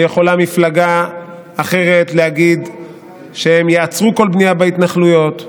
ויכולה מפלגה אחרת להגיד שהם יעצרו כל בנייה בהתנחלויות.